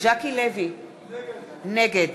ז'קי לוי, נגד